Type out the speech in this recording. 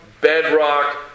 bedrock